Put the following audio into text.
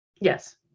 yes